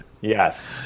Yes